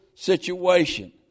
situation